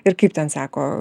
ir kaip ten sako